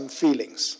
feelings